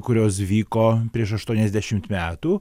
kurios vyko prieš aštuoniasdešimt metų